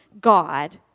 God